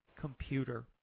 computer